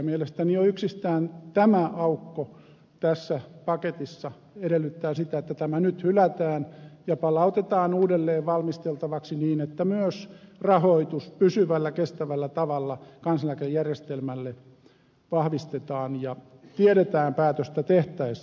mielestäni jo yksistään tämä aukko tässä paketissa edellyttää sitä että tämä nyt hylätään ja palautetaan uudelleen valmisteltavaksi niin että myös rahoitus pysyvällä kestävällä tavalla kansaneläkejärjestelmälle vahvistetaan ja tiedetään päätöstä tehtäessä